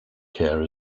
care